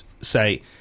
say